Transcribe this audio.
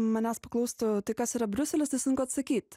manęs paklaustų tai kas yra briuselis tai sunku atsakyt